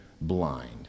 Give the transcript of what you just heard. blind